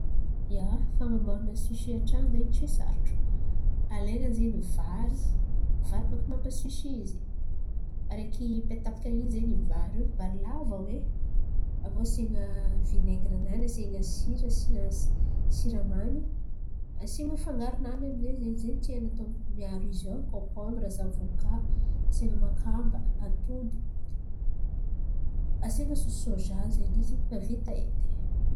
Ia, fan̈aboaran̈a sosỳ an-trano zen̈y tsy sarotro. Alain̈a zen̈y vary vary baka mampa sosỳ araiky petapaka in̈y zen̈y io vary lava oe. Asian̈a vinegira-nany, asian̈a sira, asian̈a siramamy, asian̈a fangaro-nany zay tia, mifangaro izy ao. Asian̈a kôkômbra, zavoka, makamba, atody, asian̈y sôsy sôza zen̈y izy fa vita edy.